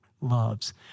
loves